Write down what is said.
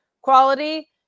quality